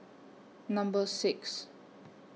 Number six